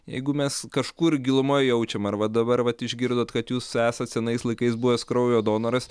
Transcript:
jeigu mes kažkur gilumoj jaučiam ar va dabar vat išgirdot kad jūs esat senais laikais buvęs kraujo donoras